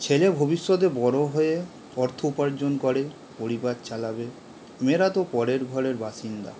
ছেলে ভবিষ্যতে বড় হয়ে অর্থ উপার্জন করে পরিবার চালাবে মেয়েরা তো পরের ঘরের বাসিন্দা